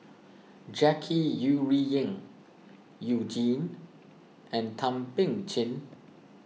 Jackie Yi Ru Ying You Jin and Thum Ping Tjin